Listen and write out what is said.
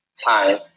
time